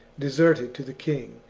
deserted to the king,